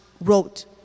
wrote